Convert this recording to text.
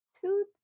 two